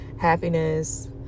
happiness